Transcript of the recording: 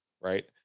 right